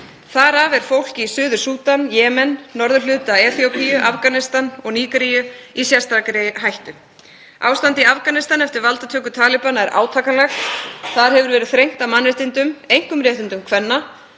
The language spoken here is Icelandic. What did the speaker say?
Þar af er fólk í Suður-Súdan, Jemen, norðurhluta Eþíópíu, Afganistan og Nígeríu í sérstakri hættu. Ástandið í Afganistan eftir valdatöku talibana er átakanlegt. Þar hefur verið þrengt að mannréttindum, einkum réttindum kvenna,